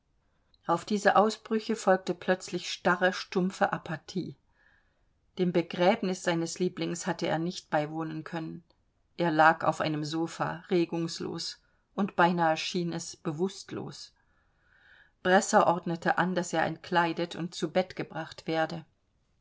auf diese ausbrüche folgte plötzlich starre stumme apathie dem begräbnis seines lieblings hatte er nicht beiwohnen können er lag auf einem sopha regungslos und beinahe schien es bewußtlos bresser ordnete an daß er entkleidet und zu bett gebracht werde